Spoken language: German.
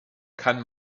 kann